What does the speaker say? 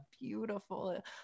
beautiful